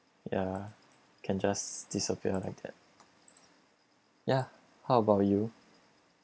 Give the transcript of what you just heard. ya can just disappear like that ya how about you